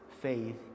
faith